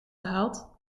gehaald